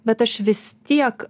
bet aš vis tiek